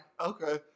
Okay